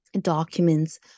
documents